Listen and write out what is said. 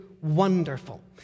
Wonderful